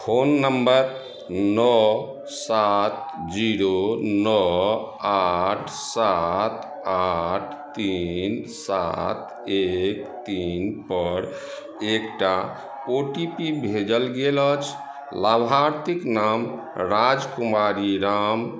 phone number नओ सात zero नौ आठ सात आठ तीन सात एक तीन पर एकटा ओ टी पी भेजल गेल अछि लाभार्थीक नाम राजकुमारी राम